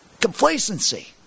Complacency